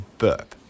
burp